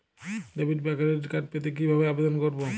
Debit বা credit card পেতে কি ভাবে আবেদন করব?